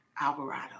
Alvarado